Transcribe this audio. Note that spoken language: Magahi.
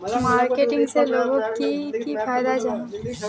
मार्केटिंग से लोगोक की फायदा जाहा?